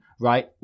right